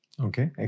okay